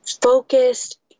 focused